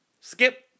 Skip